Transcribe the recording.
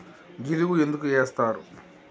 జిలుగు ఎందుకు ఏస్తరు?